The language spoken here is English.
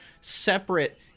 separate